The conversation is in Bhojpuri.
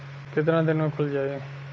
कितना दिन में खुल जाई?